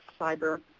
cyber